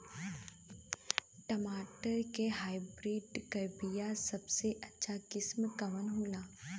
टमाटर के हाइब्रिड क बीया सबसे अच्छा किस्म कवन होला?